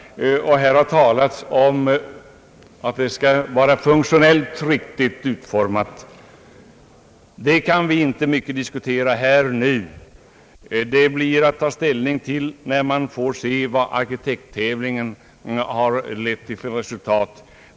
Här har nämnts att huset skall vara funktionellt riktigt utformat. Den frågan kan vi nu inte diskutera närmare — vi får ta ställning till den när resultatet av arkitekttävlingen föreligger.